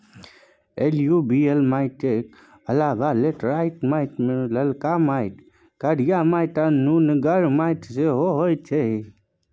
एलुयुबियल मीटिक अलाबा लेटेराइट माटि, ललका माटि, करिया माटि आ नुनगर माटि सेहो होइ छै